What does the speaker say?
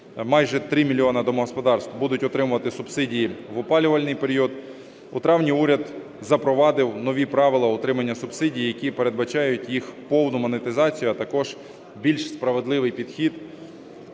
Майже 3 мільйони домогосподарств будуть отримувати субсидії в опалювальний період. У травні уряд запровадив нові правила отримання субсидій, які передбачають їх повну монетизацію, а також більш справедливий підхід